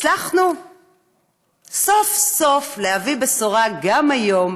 הצלחנו סוף-סוף להביא בשורה גם היום,